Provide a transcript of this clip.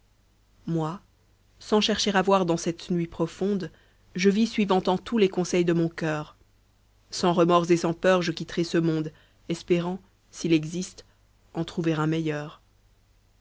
moi sans chercher à voir dans cette nuit profonde je vis suivant en tout les conseils de mon coeur sans remords et sans peur je quitterai ce monde espérant s'il existe en trouver un meilleur